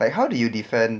like how do you defend